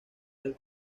del